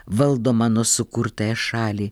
valdo mano sukurtąją šalį